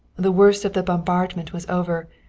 the worst of the bombardment was over,